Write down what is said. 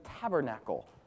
tabernacle